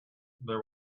there